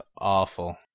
awful